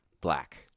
black